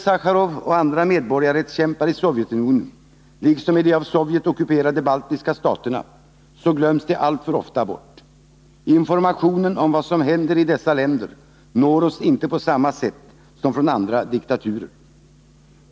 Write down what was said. Sacharov och andra medborgarrättskämpar i Sovjetunionen, liksom i de av Sovjet ockuperade baltiska staterna, glöms tyvärr alltför ofta bort. Informationen om vad som händer i dessa länder når oss inte på samma sätt som från andra diktaturer.